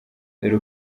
dore